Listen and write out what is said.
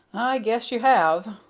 i guess you have,